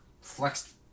flexed